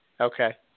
okay